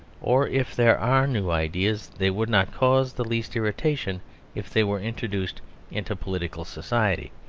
or if there are new ideas, they would not cause the least irritation if they were introduced into political society